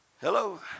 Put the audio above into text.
Hello